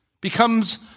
becomes